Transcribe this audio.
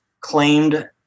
claimed –